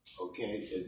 okay